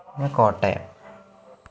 പിന്ന കോട്ടയം